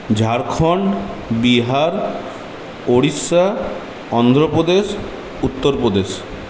Jharkhand Bihar Orissa Andhra Pradesh Uttar Pradesh